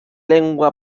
lengua